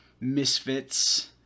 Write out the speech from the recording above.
Misfits